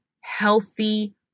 healthy